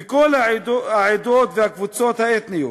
מכל העדות והקבוצות האתניות,